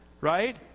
right